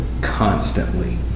constantly